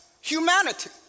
humanity